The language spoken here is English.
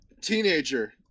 teenager